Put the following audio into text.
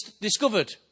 discovered